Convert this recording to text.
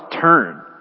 turn